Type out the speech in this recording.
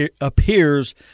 appears